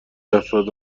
افراد